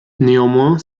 néanmoins